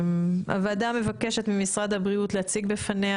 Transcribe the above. הוועדה מבקשת ממשרד הבריאות להציג בפניה